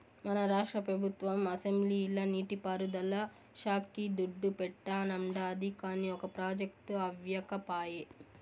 మన రాష్ట్ర పెబుత్వం అసెంబ్లీల నీటి పారుదల శాక్కి దుడ్డు పెట్టానండాది, కానీ ఒక ప్రాజెక్టు అవ్యకపాయె